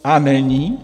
A není.